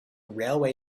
railway